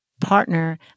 partner